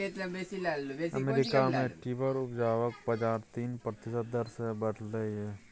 America मे timber उपजाक बजार तीन प्रतिशत दर सँ बढ़लै यै